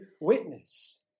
witness